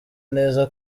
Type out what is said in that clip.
neza